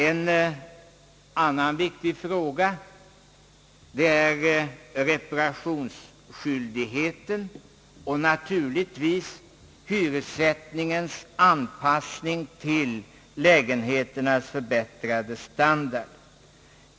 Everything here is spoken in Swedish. En annan viktig fråga är reparationsskyldigheten och naturligtvis hyressättningens anpassning till lägenheternas förbättrade standard.